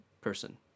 person